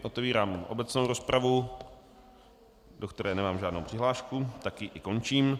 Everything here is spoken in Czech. Otevírám obecnou rozpravu, do které nemám žádnou přihlášku, tak ji i končím.